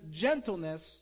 gentleness